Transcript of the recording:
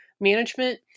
management